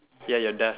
ya your death